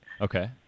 Okay